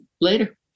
later